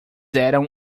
eram